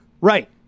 Right